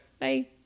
Bye